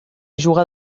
juga